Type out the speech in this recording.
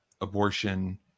abortion